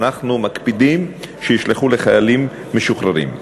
אנחנו מקפידים שיישלחו לחיילים משוחררים.